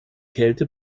kälte